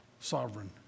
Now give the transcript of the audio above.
sovereign